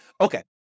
Okay